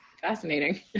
fascinating